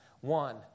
One